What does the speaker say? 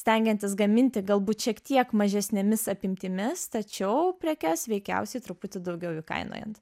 stengiantis gaminti galbūt šiek tiek mažesnėmis apimtimis tačiau prekes veikiausiai truputį daugiau įkainojant